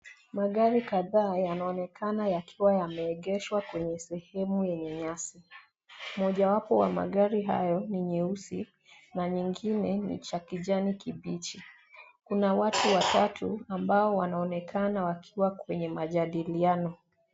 Magari kadhaa yanaonekana yakiwa yameegeshwa kwenye sehemu yenye nyasi. Mojawapo wa magari hayo ni nyeusi na nyengine ni cha kijani kibichi. Kuna watu watatu ambao wanaonekana wakiwa kwenye majadiliano.